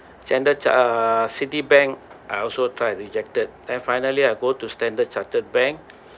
standard ch~ uh Citibank I also tried rejected then finally I go to Standard Chartered bank